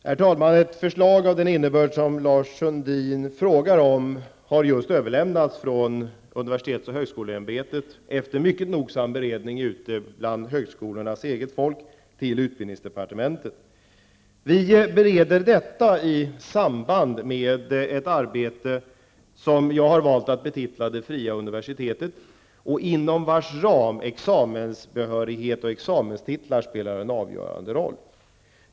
Herr talman! Ett förslag av den innebörd som Lars Sundin frågar om har just överlämnats till utbildningsdepartementet från universitets och högskoleämbetet efter en mycket nogsam beredning ute bland högskolornas eget folk. Vi bereder detta i samband med ett arbete som jag har valt att betitla Det fria universitetet och inom vars ram examensbehörighet och examenstitlar spelar en avgörande roll.